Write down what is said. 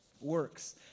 works